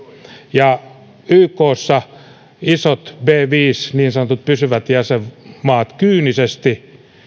ja ykssa isot p viisi eli niin sanotut pysyvät jäsenmaat kyynisesti